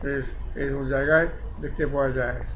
এই এইসব জায়গায় দেখতে পাওয়া যায়